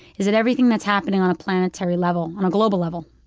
is that everything that's happening on a planetary level, on a global level,